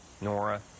Nora